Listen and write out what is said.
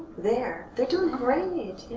they're. they're doing great. yeah.